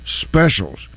specials